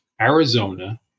Arizona